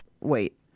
Wait